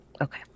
Okay